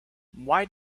why